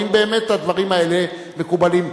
האם באמת הדברים האלה מקובלים.